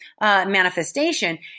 manifestation